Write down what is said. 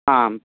आम्